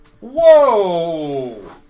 Whoa